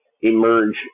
emerge